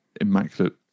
immaculate